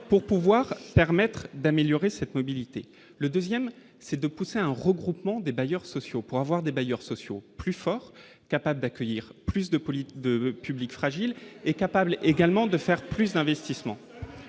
pour pouvoir permettre d'améliorer cette mobilité, le 2ème, c'est de pousser un regroupement des bailleurs sociaux pour avoir des bailleurs sociaux, plus fort, capable d'accueillir plus de politique de public fragile et capable également de faire plus d'investissements,